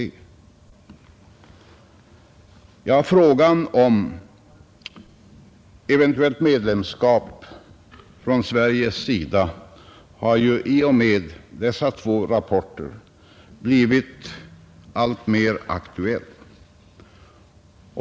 Frågan om eventuellt svenskt medlemskap har i och med dessa två rapporter blivit alltmera aktuell.